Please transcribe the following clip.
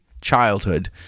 childhood